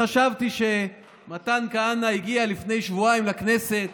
חשבתי שמתן כהנא הגיע לפני שבועיים לכנסת